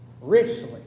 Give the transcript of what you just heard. richly